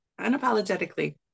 unapologetically